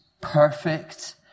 perfect